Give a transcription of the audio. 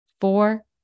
four